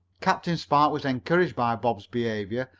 captain spark was encouraged by bob's behavior,